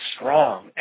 strong